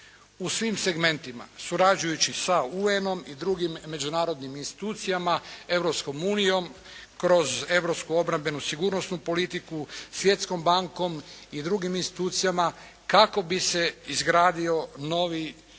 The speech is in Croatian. u svim segmentima surađujući sa UN-om i drugim međunarodnim institucijama Europskom unijom kroz europsku obrambenu sigurnosnu politiku, Svjetskom bankom i drugim institucijama kako bi se izgradio novi